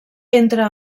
entre